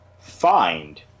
find